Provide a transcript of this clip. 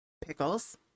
pickles